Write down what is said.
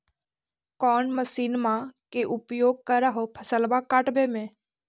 कौन मसिंनमा के उपयोग कर हो फसलबा काटबे में?